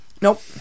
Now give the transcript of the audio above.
Nope